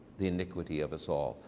the iniquity of us all,